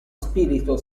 spirito